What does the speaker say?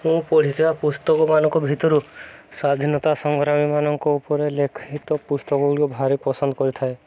ମୁଁ ପଢ଼ିଥିବା ପୁସ୍ତକମାନଙ୍କ ଭିତରୁ ସ୍ଵାଧୀନତା ସଂଗ୍ରାମୀମାନଙ୍କ ଉପରେ ଲିଖିତ ପୁସ୍ତକ ଗୁଡ଼ିିକ ଭାରି ପସନ୍ଦ କରିଥାଏ